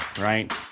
right